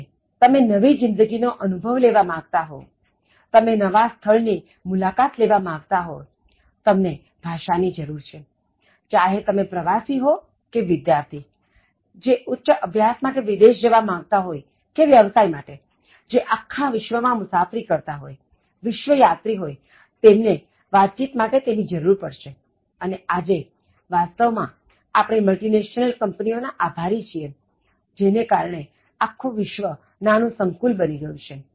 એટલે તમે નવી જિંદગી નો અનુભવ લેવા માગતા હો તમે નવા સ્થળ ની મુલાકાત લેવા માગતા હો તમને ભાષા ની જરૂર છે ચાહે તમે પ્રવાસી હો કે વિદ્યાર્થી જે ઉચ્ચ અભ્યાસ માટે વિદેશ જવા માગતા હો કે વ્યવસાય માટે જે આખા વિશ્ચ મા મુસાફરી કરતા હોય વિશ્ચયાત્રી હોય તમને વાતચીત માટે તેની જરૂર પડશે અને આજે વાસ્તવમાં આપણે મલ્ટિ નેશનલ કંપનીઓ ના આભારી છીએ જેને કારણે આખું વિશ્વ નાનું સંકુલ બની ગયું છે